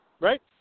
right